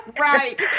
Right